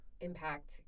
impact